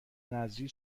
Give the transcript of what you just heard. نذری